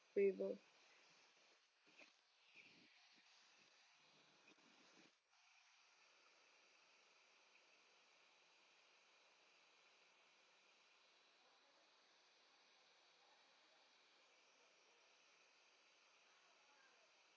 waiver